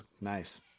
Nice